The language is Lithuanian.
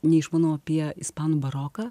neišmanau apie ispanų baroką